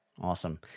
Awesome